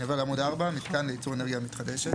אני עובר לעמוד 4. "מתקן לייצור אנרגיה מתחדשת"